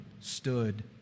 stood